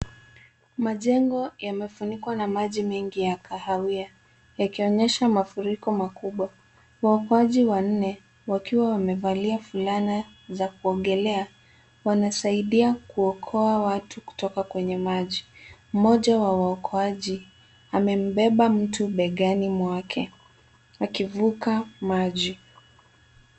Majengo yamefunikwa na maji mengi ya kahawia, yakionyesha mafuriko makubwa. Waokoaji wanne, wakiwa wamevalia fulana za kuogelea, wanasaidia kuokoa watu kutoka kwenye maji. Mmoja wa waokoaji, amembeba mtu begani mwake, akivuka maji.